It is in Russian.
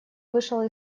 вышел